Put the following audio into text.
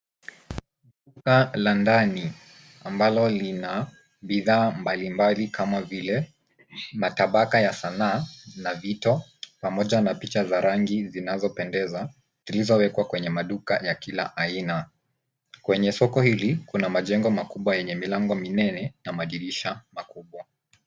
Soko la ndani ambalo lina bidhaa mbali mbali kama vile: matabaka ya sanaa na vito pamoja na picha za rangi zinazopendeza zilizowekwa kwenye maduka ya kila aina. Kwenye soko hili, kuna majengo makubwa yenye milango minene na madirisha makubwa.